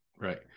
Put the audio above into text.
right